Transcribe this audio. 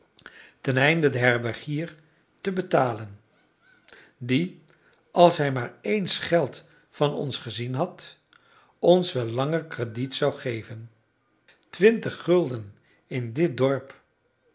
teneinde den herbergier te betalen die als hij maar ééns geld van ons gezien had ons wel langer krediet zou geven twintig gulden in dit dorp